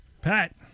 Pat